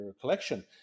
collection